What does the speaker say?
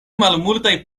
malmultaj